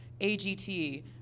AGT